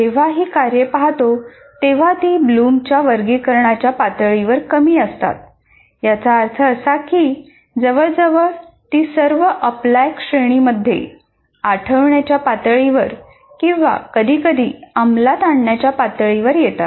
जेव्हा आपण ही कार्ये पाहतो तेव्हा ती ब्लूमच्या वर्गीकरणाच्या पातळीवर कमी असतात याचा अर्थ असा की जवळजवळ ती सर्व अप्लाय श्रेणीमध्ये आठवण्याच्या पातळीवर किंवा कधीकधी अंमलात आणण्याच्या पातळीवर येतात